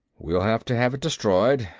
we'll have to have it destroyed,